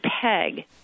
peg